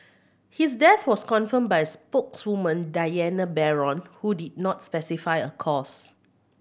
his death was confirmed by a spokeswoman Diana Baron who did not specify a cause